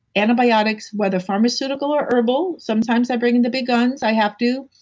antibiotics, whether pharmaceutical or herbal, sometimes i bring in the big guns, i have to.